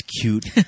cute